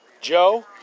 Joe